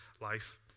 life